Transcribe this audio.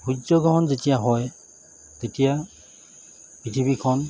সূৰ্যগ্ৰহণ যেতিয়া হয় তেতিয়া পৃথিৱীখন